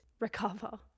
recover